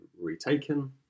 retaken